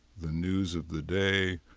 the news of the day,